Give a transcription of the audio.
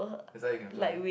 that's why you can fly